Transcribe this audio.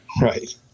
Right